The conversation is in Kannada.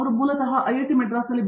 ಅವರು ಮೂಲತಃ ಐಐಟಿ ಮದ್ರಾಸ್ನಲ್ಲಿ ಬಿ